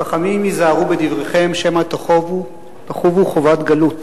"חכמים היזהרו בדבריכם, שמא תחובו חובת גלות".